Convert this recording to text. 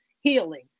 healing